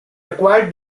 acquired